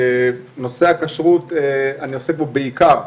נושא הכשרות, אני עוסק בו בעיקר,